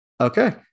Okay